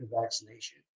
vaccination